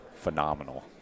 phenomenal